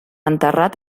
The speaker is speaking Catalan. enterrat